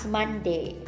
Monday